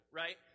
right